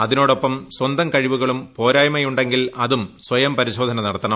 അതിനോടൊപ്പം സ്വന്തം കഴിവുകളും പോരായ്മയു െങ്കിൽ അതും സ്വയം പരിശോധന നടത്തണം